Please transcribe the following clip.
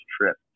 trip